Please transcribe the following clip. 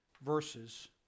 verses